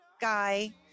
guy